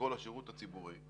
מכל השירות הציבורי,